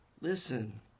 Listen